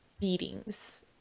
beatings